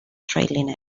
trailing